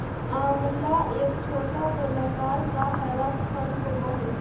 आंवला एक छोटा गोलाकार का हरा फल होवअ हई